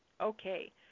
Okay